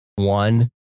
One